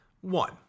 one